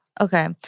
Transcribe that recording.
Okay